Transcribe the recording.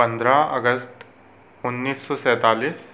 पंद्रह अगस्त उन्नीस सौ सैंतालीस